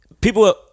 people